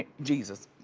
jesus.